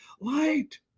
light